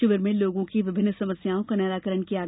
शिविर में लोगों की विभिन्न समस्याओं का निराकरण किया गया